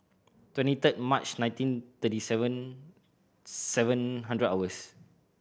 twenty third March nineteen thirty seven seven hundred hours